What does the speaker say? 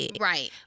Right